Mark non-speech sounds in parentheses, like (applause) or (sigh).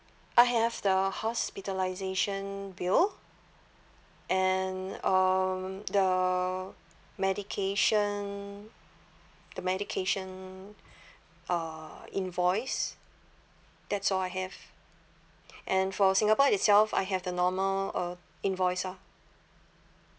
I have the hospitalisation bill and um the medication the medication (breath) uh invoice that's all I have and for singapore itself I have the normal uh invoice lah